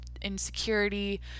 insecurity